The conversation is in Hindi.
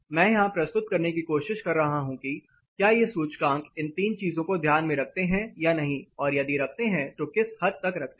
मैं यहां प्रस्तुत करने की कोशिश कर रहा हूं कि क्या ये सूचकांक इन तीन चीजों को ध्यान में रखते हैं या नहीं और यदि रखते हैं तो किस हद तक रखते हैं